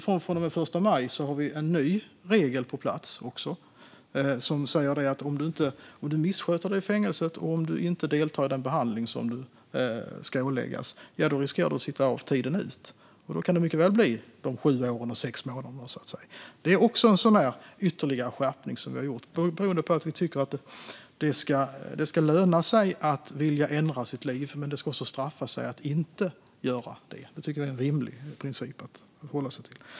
Från och med den 1 maj kommer vi att ha en ny regel på plats, som säger att om du missköter dig i fängelset och inte deltar i den behandling du ålagts riskerar du att få sitta tiden ut. Då kan det mycket väl bli sju år och sex månader. Detta är ytterligare en skärpning vi har gjort. Vi tycker nämligen att det ska löna sig att ändra sitt liv, men det ska också straffa sig att inte göra det. Det tycker vi är en rimlig princip att hålla sig till.